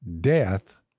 death